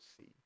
see